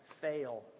fail